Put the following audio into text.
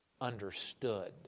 understood